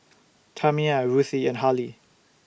Tamia Ruthie and Harlie